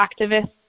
activists